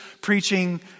preaching